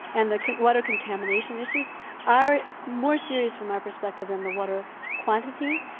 and the water contamination issues are more serious from our perspective than the water quantity,